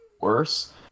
worse